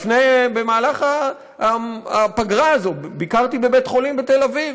במהלך הפגרה הזאת ביקרתי בבית-חולים בתל-אביב,